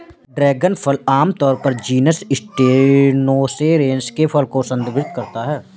dragon फल आमतौर पर जीनस स्टेनोसेरेस के फल को संदर्भित करता है